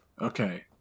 Okay